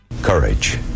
Courage